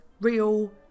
real